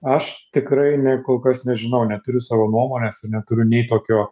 aš tikrai ne kol kas nežinau neturiu savo nuomonės ir neturiu nei tokio